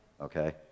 okay